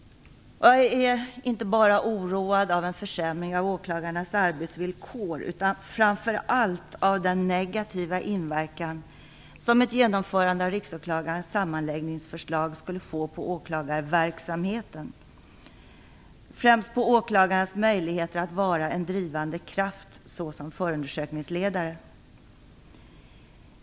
Jag är inte bara oroad av en försämring av åklagarnas arbetsvillkor utan framför allt också av den negativa inverkan som ett genomförande av Riksåklagarens sammanläggningsförslag skulle få på åklagarverksamheten, främst på åklagarens möjlighet att vara en drivande kraft såsom förundersökningsledare.